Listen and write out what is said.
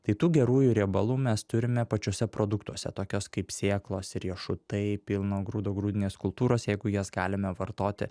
tai tų gerųjų riebalų mes turime pačiuose produktuose tokios kaip sėklos riešutai pilno grūdo grūdinės kultūros jeigu jas galime vartoti